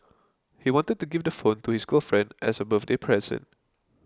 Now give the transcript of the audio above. he wanted to give the phone to his girlfriend as a birthday present